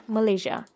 Malaysia